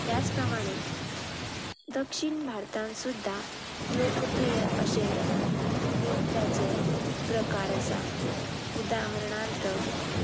ह्याच प्रमाणे दक्षिण भारतान सुद्दां लोकप्रिय अशें नृत्याचे प्रकार आसा उदाहरणार्थ